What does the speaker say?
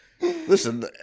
Listen